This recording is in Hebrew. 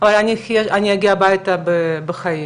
אבל אני אגיע הביתה בחיים.